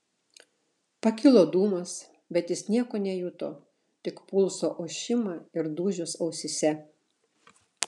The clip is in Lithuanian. pakilo dūmas bet jis nieko nejuto tik pulso ošimą ir dūžius ausyse